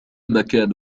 مكان